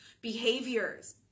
behaviors